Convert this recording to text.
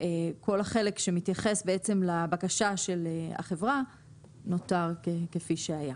כל החלק שמתייחס לבקשה של החברה נותר כפי שהיה.